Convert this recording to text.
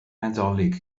nadolig